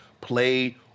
played